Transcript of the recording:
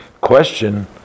question